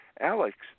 Alex